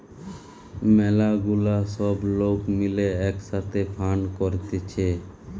ম্যালা গুলা সব লোক মিলে এক সাথে ফান্ড করতিছে